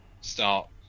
start